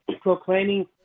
proclaiming